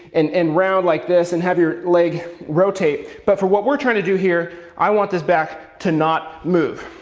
and and round like this, and have your leg rotate, but for what we're trying to do here, i want this back to not move.